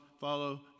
follow